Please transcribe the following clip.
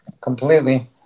completely